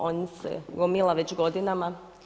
On se gomila već godinama.